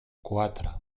quatre